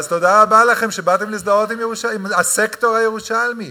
אז תודה רבה לכם שבאתם להזדהות עם הסקטור הירושלמי.